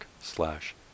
slash